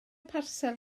parsel